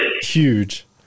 huge